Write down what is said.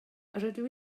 rydw